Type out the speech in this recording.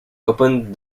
opened